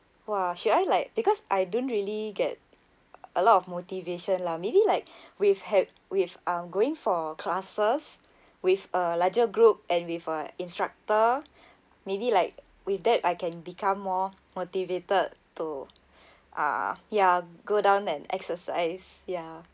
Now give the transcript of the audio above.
!wah! should I like because I don't really get a lot of motivation lah maybe like with had with uh going for classes with a larger group and with a instructor maybe like with that I can become more motivated to uh ya go down and exercise ya